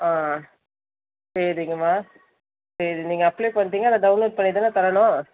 ஆ சரிங்கம்மா சரி நீங்கள் அப்ளை பண்ணிட்டீங்க அதை டவுன்லோட் பண்ணிதானே பண்ணணும்